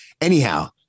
anyhow